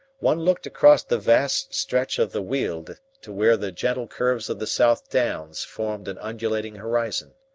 one looked across the vast stretch of the weald to where the gentle curves of the south downs formed an undulating horizon.